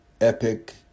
epic